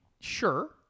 sure